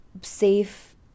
safe